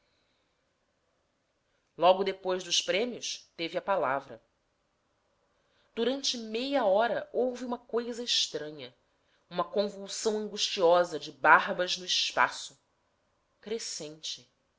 logo depois dos prêmios teve a palavra durante meia hora houve uma coisa estranha uma convulsão angustiosa de barbas no espaço crescente